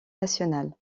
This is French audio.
nationale